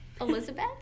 Elizabeth